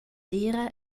sera